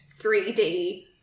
3D